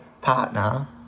partner